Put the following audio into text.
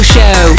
Show